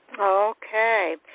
Okay